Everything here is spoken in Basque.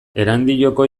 erandioko